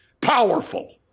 powerful